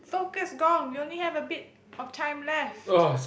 focus gone you only have a bit of time left